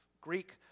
Greek